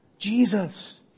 Jesus